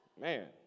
Man